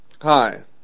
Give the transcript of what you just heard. Hi